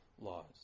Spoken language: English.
laws